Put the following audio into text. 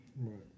Right